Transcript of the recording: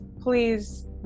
please